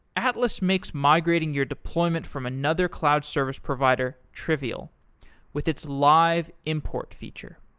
atlas makes migrating your deployment from another cloud service provider trivial with its live import feature.